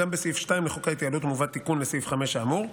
גם בסעיף 2 לחוק ההתייעלות מובא תיקון לסעיף 5 האמור,